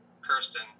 Kirsten